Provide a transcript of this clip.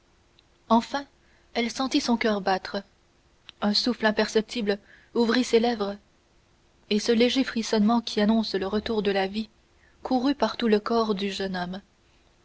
enfin elle sentit son coeur battre un souffle imperceptible ouvrit ses lèvres et ce léger frissonnement qui annonce le retour de la vie courut par tout le corps du jeune homme